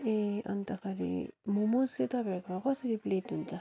ए अन्तखरि मोमो चाहिँ तपाईँहरूकोमा कसरी प्लेट हुन्छ